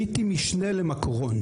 הייתי משנה למקרון